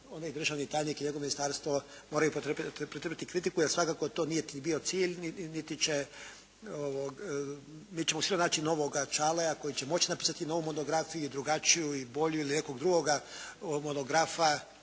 ni državni tajnik i njegovo ministarstvo moraju pretrpiti kritiku jer svakako to nije bio cilj niti će, mi ćemo … /Ne razumije se./ … koji će moći napisati novu monografiju i drugačiju i bolju ili nekoga drugog monografa,